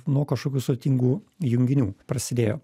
nuo kažkokių sudėtingų junginių prasidėjo